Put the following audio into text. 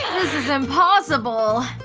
is impossible.